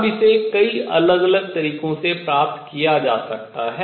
अब इसे कई अलग अलग तरीकों से प्राप्त किया जा सकता है